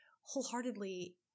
wholeheartedly